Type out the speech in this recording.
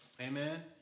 Amen